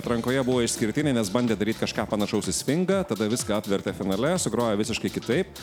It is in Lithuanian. atrankoje buvo išskirtiniai nes bandė daryt kažką panašaus į svingą tada viską apvertė finale sugrojo visiškai kitaip